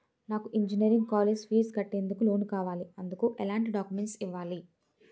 నాకు engineering college fees కట్టేందుకు loan కావాలి, ఎందుకు ఎలాంటి డాక్యుమెంట్స్ ఇవ్వాలి?